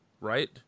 right